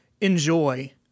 enjoy